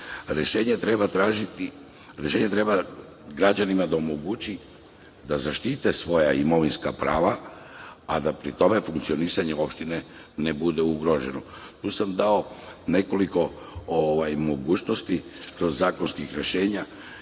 zauzeće. Rešenje treba građanima da omogući da zaštite svoja imovinska prava, a da pri tome funkcionisanje opštine ne bude ugroženo. Tu sam dao nekoliko mogućnosti i zakonskih rešenja.